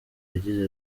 yagize